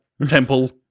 temple